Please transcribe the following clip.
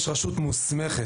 יש רשות מוסמכת.